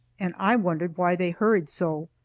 and i wondered why they hurried so.